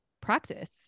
practice